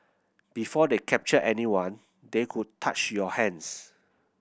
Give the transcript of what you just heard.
before they captured anyone they would touch your hands